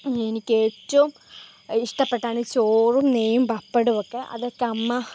എനിക്ക് ഏറ്റവും ഇഷ്ടപ്പെട്ടാണ് ചോറും നെയ്യും പപ്പടവുമൊക്കെ അതൊക്കെ അമ്മ